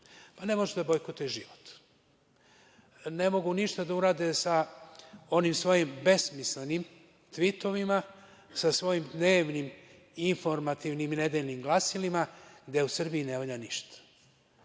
Pa, ne možete da bojkotuje život. Ne mogu ništa da urade sa onim svojim besmislenim tvitovima, sa svojim dnevnim informativnim nedeljnim glasilima da u Srbiji ne valja ništa.